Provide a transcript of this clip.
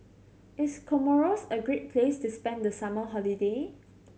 is Comoros a great place to spend the summer holiday